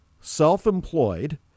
self-employed